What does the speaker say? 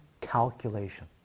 calculation